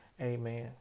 Amen